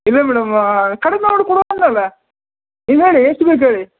ಇಲ್ಲ ಮೇಡಮ ಕಡಿಮೆ ಮಾಡಿ ಕೊಡುವ ಅಂದ್ನಲೆ ನೀವು ಹೇಳಿ ಎಷ್ಟು ಬೇಕು ಹೇಳಿ